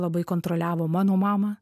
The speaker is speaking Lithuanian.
labai kontroliavo mano mamą